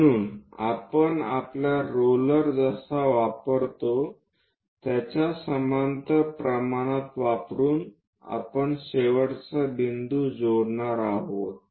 म्हणून आपण आपला रोलर जसा वापरतो त्याच्या समांतर प्रमाणात वापरुन आपण शेवटचा बिंदू जोडणार आहोत